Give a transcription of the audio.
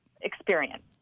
experience